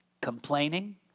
Complaining